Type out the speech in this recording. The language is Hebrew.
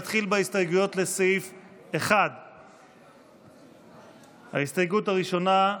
נתחיל בהסתייגויות לסעיף 1. ההסתייגות הראשונה,